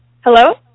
Hello